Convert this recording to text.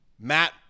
Matt